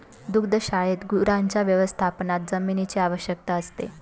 दुग्धशाळेत गुरांच्या व्यवस्थापनात जमिनीची आवश्यकता असते